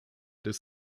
des